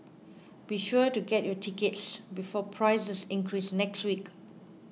be sure to get your tickets before prices increase next week